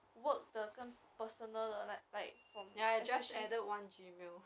okay I'll leave that to you to help me eh do the setting